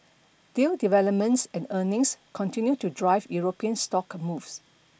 deal developments and earnings continued to drive European stock moves